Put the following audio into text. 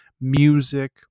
music